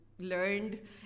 Learned